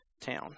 town